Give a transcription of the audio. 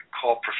call